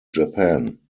japan